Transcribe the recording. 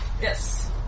Yes